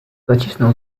zacisnął